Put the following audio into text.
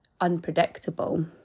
unpredictable